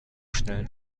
schnellen